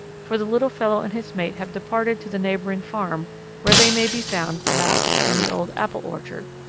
for the little fellow and his mate have departed to the neighbouring farm where they may be found, perhaps, in the old apple orchard.